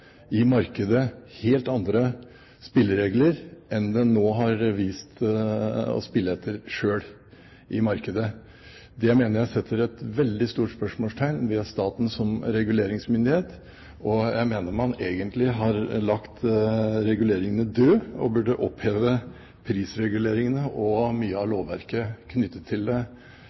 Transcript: i markedet helt andre spilleregler enn dem det nå har vist seg at de selv spiller etter i markedet. Det mener jeg setter et veldig stort spørsmålstegn ved staten som reguleringsmyndighet. Jeg mener man egentlig har lagt reguleringen død, og at man på direkten burde oppheve prisreguleringene og mye av lovverket knyttet til dette. Så er det